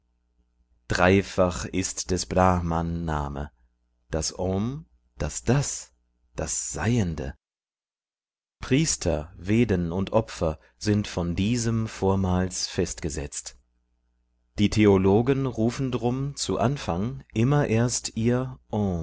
dreifach ist des brahman name das om das das das seiende priester veden und opfer sind von diesem vormals festgesetzt die theologen rufen drum zu anfang immer erst ihr